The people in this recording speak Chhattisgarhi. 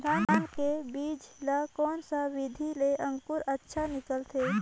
धान के बीजा ला कोन सा विधि ले अंकुर अच्छा निकलथे?